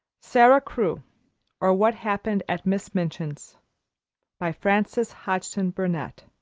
sara crewe or what happened at miss minchin's by frances hodgson burnett